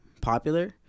popular